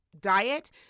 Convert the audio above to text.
diet